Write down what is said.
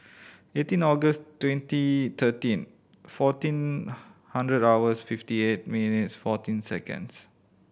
eighteen August twenty thirteen fourteen hundred hours fifty eight minutes fourteen seconds